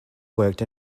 worked